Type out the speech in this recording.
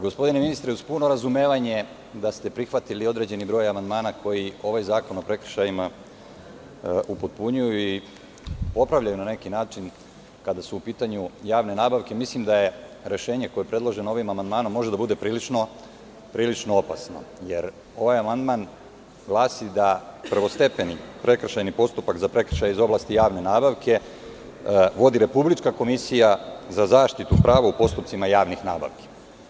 Gospodine ministre, uz puno razumevanje što ste prihvatili određen broj amandmana koji ovaj zakon o prekršajima upotpunjuju i popravljaju na neki način, kada su u pitanju javne nabavke, mislim da rešenje koje je predloženo ovim amandmanom može da bude prilično opasno, jer ovaj amandman glasi da prvostepeni prekršajni postupak za prekršaje iz oblasti javne nabavke vodi Republička komisija za zaštitu prava u postupcima javnih nabavki.